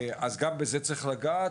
גם בזה צריך לגעת.